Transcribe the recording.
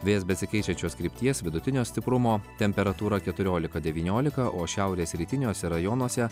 vėjas besikeičiančios krypties vidutinio stiprumo temperatūra keturiolika devyniolika o šiaurės rytiniuose rajonuose